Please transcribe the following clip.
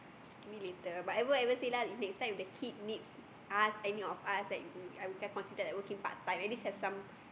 me later but I won't ever say lah if next time the kid needs us any of us like go I will can consider like working part time at least have some